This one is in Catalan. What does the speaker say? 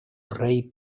rei